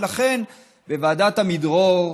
ולכן בוועדת עמידרור,